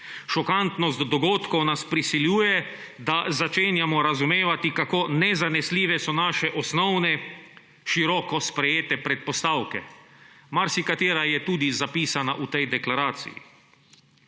Šokantnost dogodkov nas prisiljuje, da začenjamo razumevati, kako nezanesljive so naše osnovne, široko sprejete predpostavke. Marsikatera je tudi zapisana v tej deklaraciji.